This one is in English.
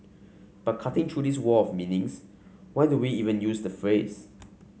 but cutting through this wall of meanings why do we even use the phrase